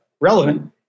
relevant